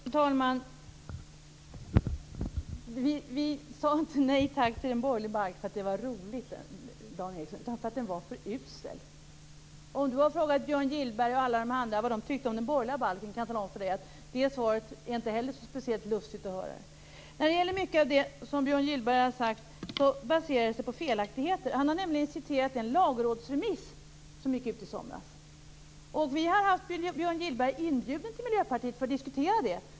Fru talman! Vi sade inte nej tack till en borgerlig balk därför att det var roligt, utan det gjorde vi därför att den var för usel. Om Dan Ericsson har frågat Björn Gillberg och alla de andra vad de tycker om den borgerliga balken kan jag bara säga att det inte är speciellt lustigt att höra svaret på den frågan. Mycket av det som Björn Gillberg har sagt baseras på felaktigheter. Han har nämligen citerat ur den lagrådsremiss som gick ut i somras. Vi har haft Björn Gillberg inbjuden till oss i Miljöpartiet för att diskutera detta.